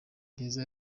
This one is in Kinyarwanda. gereza